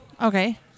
Okay